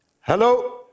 Hello